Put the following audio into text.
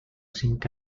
cinc